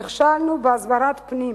נכשלנו בהסברת פנים,